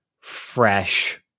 fresh